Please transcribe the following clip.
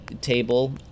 table